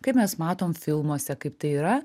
kaip mes matom filmuose kaip tai yra